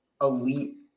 elite